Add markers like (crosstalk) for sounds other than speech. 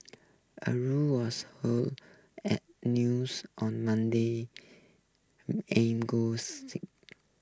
a rule was hold at news on Monday aim good (unintelligible)